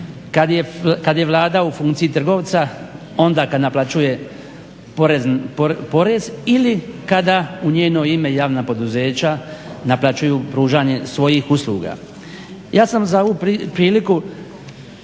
kad je Vlada u funkciji trgovca, onda kad naplaćuje porez ili kada u njeno ime javna poduzeća naplaćuju pružanje svojih usluga. Ja sam za ovu priliku